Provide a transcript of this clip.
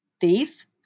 Thief